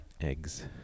eggs